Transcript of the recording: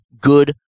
good